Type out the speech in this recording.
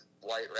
white